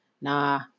Nah